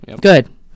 Good